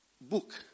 book